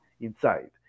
inside